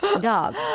dog